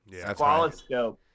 Squaloscope